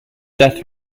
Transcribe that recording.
death